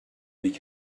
big